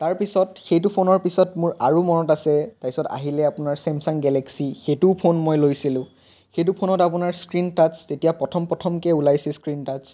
তাৰপিছত সেইটো ফোনৰ পিছত মোৰ আৰু মনত আছে তাৰপিছত আহিলে আপোনাৰ ছেমছাং গেলেক্সি সেইটোও ফোন মই লৈছিলোঁ সেইটো ফোনত আপোনাৰ স্ক্ৰীণ টাচ্ছ তেতিয়া প্ৰথম প্ৰথমকৈ ওলাইছে স্ক্ৰীণ টাচ্ছ